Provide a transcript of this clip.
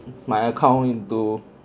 my account into